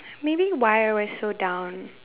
maybe why I'm so down